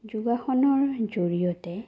যোগাসনৰ জৰিয়তে